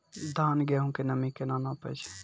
धान, गेहूँ के नमी केना नापै छै?